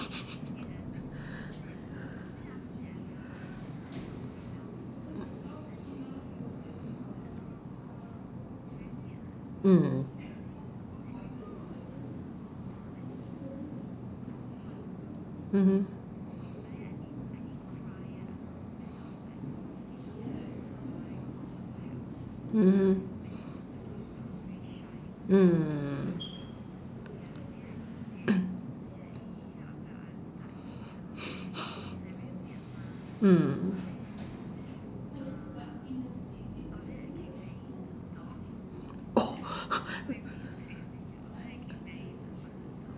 mm mmhmm mmhmm mm hmm oh